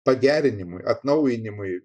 pagerinimui atnaujinimui